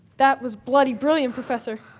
that was bloody brilliant, professor.